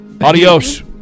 Adios